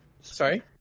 sorry